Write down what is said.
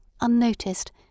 unnoticed